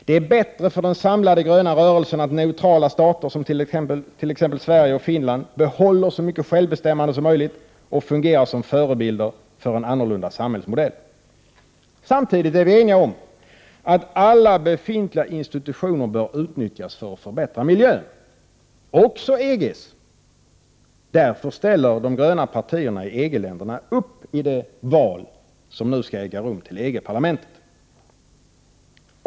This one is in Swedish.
Det är bättre för den samlade gröna rörelsen att neutrala stater, t.ex. Sverige och Finland, behåller så mycket självbestämmande som möjligt och fungerar som förebilder för en annorlunda samhällsmodell. Samtidigt är vi eniga om att alla befintliga institutioner bör utnyttjas för att förbättra miljön, också EG:s. Därför ställer de gröna partierna i EG länderna upp i det val som nu skall äga rum till EG-parlamentet.